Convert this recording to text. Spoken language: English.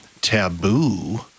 Taboo